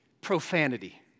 profanity